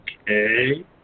Okay